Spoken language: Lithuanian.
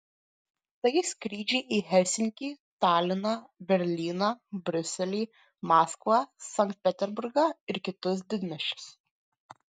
tai skrydžiai į helsinkį taliną berlyną briuselį maskvą sankt peterburgą ir kitus didmiesčius